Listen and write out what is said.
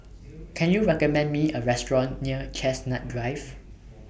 Can YOU recommend Me A Restaurant near Chestnut Drive